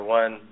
one